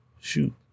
shoot